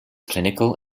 clinical